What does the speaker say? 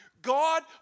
God